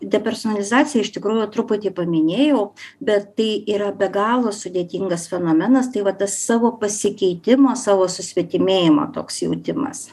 depersonalizaciją iš tikrųjų truputį paminėjau bet tai yra be galo sudėtingas fenomenas tai vat tas savo pasikeitimo savo susvetimėjimo toks jautimas